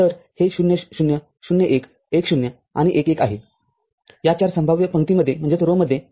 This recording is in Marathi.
तर हे ० ०० ११ ० आणि १ १ आहे या 4 संभाव्य पंक्तींमध्ये २ चलआहेत